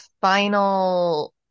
final